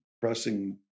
pressing